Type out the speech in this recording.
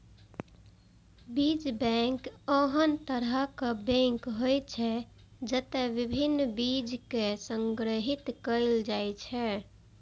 बीज बैंक ओहन तरहक बैंक होइ छै, जतय विभिन्न बीज कें संग्रहीत कैल जाइ छै